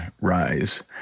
rise